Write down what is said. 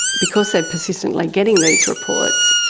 because they are persistently getting these reports,